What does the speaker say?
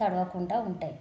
తడవకుండా ఉంటాయి